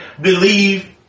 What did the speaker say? believe